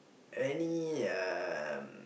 any um